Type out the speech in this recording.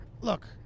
Look